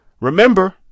remember